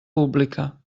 pública